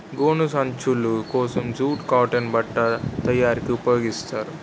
గోను సంచులు కోసం జూటు కాటన్ బట్ట తయారీకి ఉపయోగిస్తారు